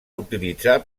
utilitzar